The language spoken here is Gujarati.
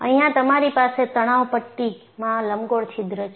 અહિયાં તમારી પાસે તણાવ પટ્ટીમાં લંબગોળ છિદ્ર છે